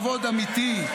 כבוד אמיתי,